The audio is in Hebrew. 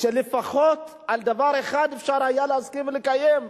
לפחות על דבר אחד אפשר היה להסכים ולקיים,